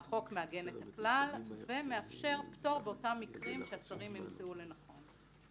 החוק מעגן את הכלל ומאפשר פטור באותם מקרים שהשרים ימצאו לנכון.